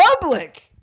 public